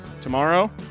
Tomorrow